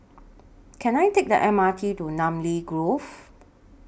Can I Take The M R T to Namly Grove